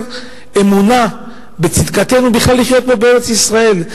אמונה בצדקתנו בכלל לחיות פה בארץ-ישראל.